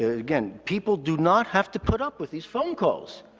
again, people do not have to put up with these phone calls.